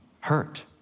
hurt